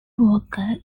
walker